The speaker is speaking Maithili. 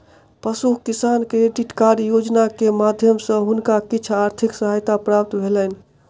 पशु किसान क्रेडिट कार्ड योजना के माध्यम सॅ हुनका किछ आर्थिक सहायता प्राप्त भेलैन